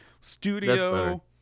studio